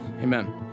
Amen